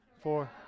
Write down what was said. four